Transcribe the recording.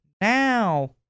Now